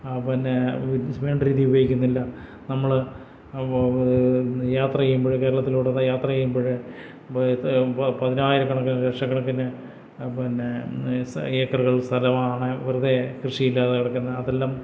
പിന്നേ വേണ്ടരീതിയില്ല ഉപയോഗിക്കുന്നില്ല നമ്മള് യാത്രെയ്യുമ്പോഴേ കേരളത്തിലൂടെയൊക്കെ യാത്രെയ്യുമ്പോള് പതിനായിരക്കണക്കിന് ലക്ഷകണക്കിന് പിന്നേ സ ഏക്കറുകൾ സ്ഥലമാണ് വെറുതേ കൃഷിയില്ലാതെ കിടക്കുന്നത് അതെല്ലാം